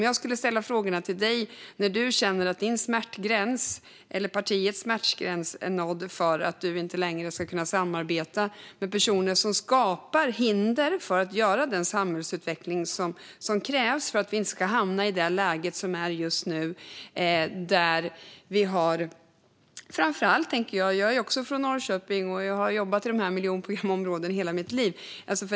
Jag kan ställa frågan till dig, Gustaf Lantz, när du känner att din eller ditt partis smärtgräns är nådd för att ni inte längre ska kunna samarbeta med personer som skapar hinder för att åstadkomma den samhällsutveckling som krävs för att vi inte ska hamna i det läge vi är i just nu. Jag är också från Norrköping, och jag har jobbat i dessa miljonprogramsområden i hela mitt liv.